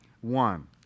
one